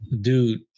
dude